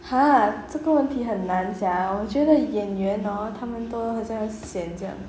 ha 这个问题很难 sia 我觉得演员 hor 他们都很像 sian 这样